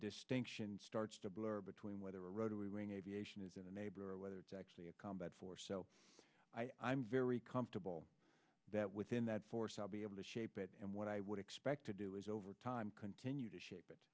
distinction starts to blur between whether rotary wing aviation is in a neighbor or whether it's actually a combat force so i'm very comfortable that within that force i'll be able to shape it and what i would expect to do is over time continue to shape it